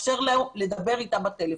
לדבר איתה בטלפון.